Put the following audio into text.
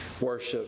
worship